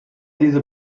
diese